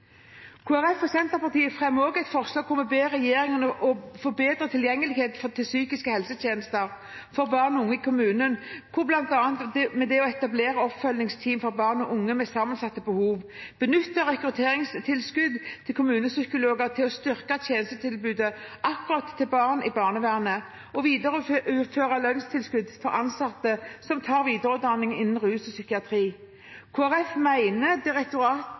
Folkeparti og Senterpartiet fremmer også et forslag om å be regjeringen forbedre tilgjengeligheten til psykiske helsetjenester for barn og unge i kommunen, ved bl.a. å etablere oppfølgingsteam for barn og unge med sammensatte behov, benytte rekrutteringstilskudd til kommunepsykologer til å styrke tjenestetilbudet til barn i barnevernet og videreføre lønnstilskudd for ansatte som tar videreutdanning innen rus og psykiatri.